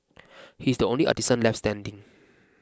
he is the only artisan left standing